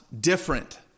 different